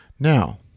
Now